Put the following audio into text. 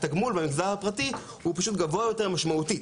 התגמול במגזר הפרטי הוא פשוט גבוה יותר משמעותית.